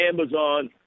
Amazon